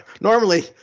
Normally